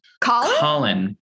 Colin